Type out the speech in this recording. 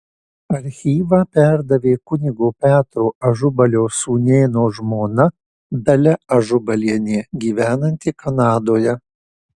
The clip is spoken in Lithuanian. archyvą perdavė kunigo petro ažubalio sūnėno žmona dalia ažubalienė gyvenanti kanadoje